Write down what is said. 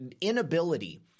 inability